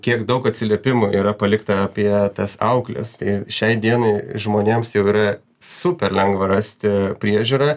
kiek daug atsiliepimų yra palikta apie tas aukles tai šiai dienai žmonėms jau yra super lengva rasti priežiūrą